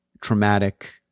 traumatic